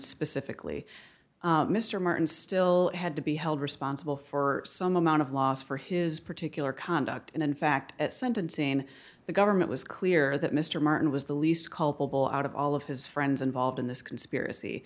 specifically mr martin still had to be held responsible for some amount of loss for his particular conduct and in fact at sentencing the government was clear that mr martin was the least culpable out of all of his friends involved in this conspiracy